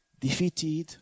Defeated